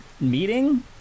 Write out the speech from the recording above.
meeting